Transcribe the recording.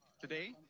Today